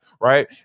right